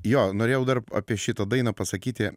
jo norėjau dar apie šitą dainą pasakyti